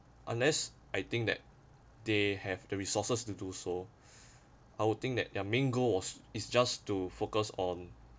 unless I think that they have the resources to do so I would think that their main goal was is just to focus on